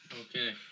Okay